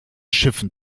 schiffen